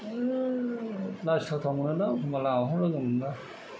जा लाजिथावथाव मोनोलां एखमबा लामाफ्राव लोगो मोनब्ला